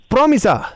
Promise